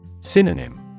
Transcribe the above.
Synonym